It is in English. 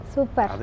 Super